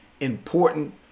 important